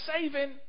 saving